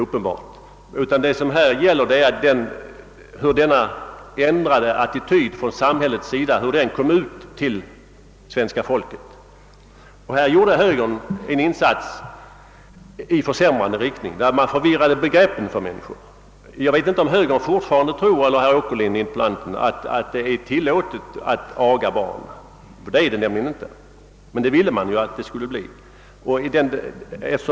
Vad det gäller är alltså att föra ut till svenska folket samhällets ändrade attityd. Därvidlag gjorde högern en insats i försämrande riktning; man förvirrade begreppen för människorna. Jag vet inte om herr Åkerlind och andra högerledamöter möjligen tror att det fortfarande är tillåtet att aga barn. Det är det nämligen inte, men högern ville ju att det skulle bli tillåtet.